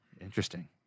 Interesting